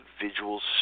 individual's